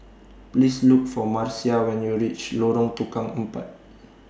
Please Look For Marcia when YOU REACH Lorong Tukang Empat